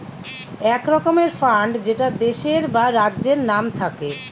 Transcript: এক রকমের ফান্ড যেটা দেশের বা রাজ্যের নাম থাকে